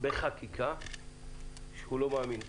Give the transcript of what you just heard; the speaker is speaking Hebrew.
בחקיקה שהוא לא מאמין בה.